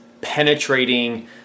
penetrating